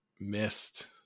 missed